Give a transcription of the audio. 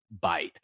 bite